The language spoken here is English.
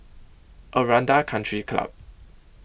Aranda Country Club